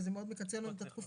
וזה מאוד מקצר את התקופות,